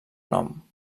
nom